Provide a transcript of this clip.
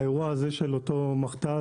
באירוע הזה של אותו מכת"ז,